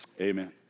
Amen